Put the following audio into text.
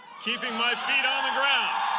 keeping my feet on the ground.